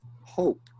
hope